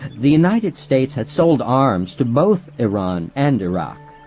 the united states had sold arms to both iran and iraq,